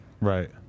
Right